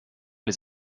les